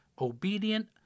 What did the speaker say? obedient